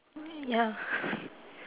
ya